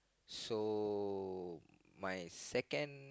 so my second